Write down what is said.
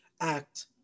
act